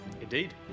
Indeed